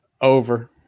Over